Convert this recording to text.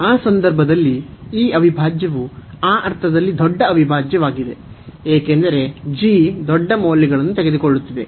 ಆ ಸಂದರ್ಭದಲ್ಲಿ ಈ ಅವಿಭಾಜ್ಯವು ಆ ಅರ್ಥದಲ್ಲಿ ದೊಡ್ಡ ಅವಿಭಾಜ್ಯವಾಗಿದೆ ಏಕೆಂದರೆ g ದೊಡ್ಡ ಮೌಲ್ಯಗಳನ್ನು ತೆಗೆದುಕೊಳ್ಳುತ್ತಿದೆ